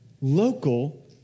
local